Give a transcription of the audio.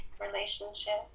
relationship